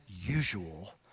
usual